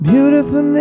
Beautiful